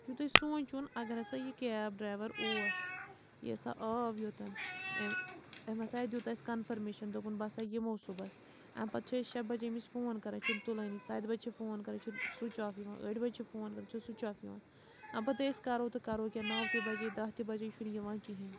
یہِ چھُو تۄہہِ سونٛچُن اَگر ہَسا یہِ کیب ڈرٛایوَر اوس یہِ ہسا آو یوٚتَن أمۍ أمۍ ہَسا دیُت اَسہِ کنفٔرمیشَن دوٚپُن بہٕ ہسا یِمو صُبحَس اَمہِ پتہٕ چھِ أسۍ شےٚ بجے أمِس فون کَران یہِ چھُنہٕ تُلٲنی سَتہِ بجہِ چھِ فون کَران یہِ چھِنہٕ سُچ آف یِوان ٲٹھِ بَجہِ چھِ فون کَران یہِ چھِ سُچ آف یِوان اَمہِ پتہٕ أسۍ کَرو تہٕ کَرو کیٛاہ نَو تہِ بجے دَہ تہِ بجے یہِ چھُنہٕ یِوان کِہیٖنۍ